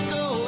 go